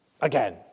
again